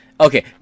Okay